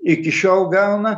iki šiol gauna